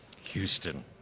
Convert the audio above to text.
Houston